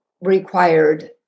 required